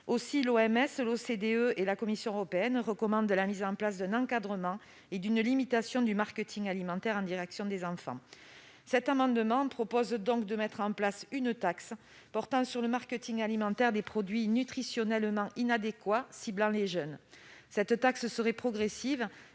Aussi, l'OMS, l'OCDE et la Commission européenne recommandent la mise en place d'un encadrement et d'une limitation du marketing alimentaire en direction des enfants. Cet amendement vise, dans cet esprit, à imposer une taxe sur le marketing alimentaire des produits nutritionnellement inadéquats ciblant les jeunes. Cette taxe serait progressive